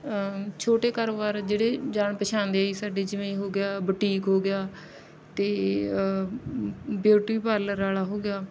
ਛੋਟੇ ਕਾਰੋਬਾਰ ਜਿਹੜੇ ਜਾਣ ਪਛਾਣ ਦੇ ਜੀ ਸਾਡੇ ਜਿਵੇਂ ਹੋ ਗਿਆ ਬੁਟੀਕ ਹੋ ਗਿਆ ਅਤੇ ਬਿਊਟੀ ਪਾਰਲਰ ਵਾਲਾ ਹੋ ਗਿਆ